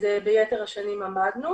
אז ביתר השנים עמדנו